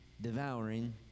devouring